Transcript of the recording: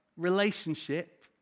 relationship